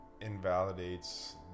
invalidates